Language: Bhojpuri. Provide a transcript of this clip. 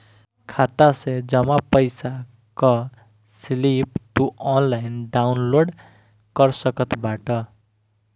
खाता से जमा पईसा कअ स्लिप तू ऑनलाइन डाउन लोड कर सकत बाटअ